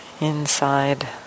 inside